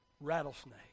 rattlesnake